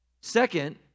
Second